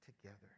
together